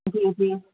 जी जी